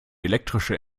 elektrische